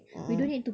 a'ah